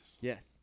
Yes